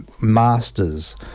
masters